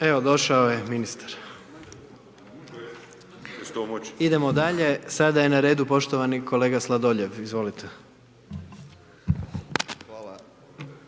U 10,00 SATI. Idemo dalje, sada je neredu, poštovani kolega Sladoljev, izvolite.